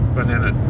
Banana